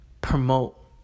promote